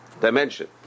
dimension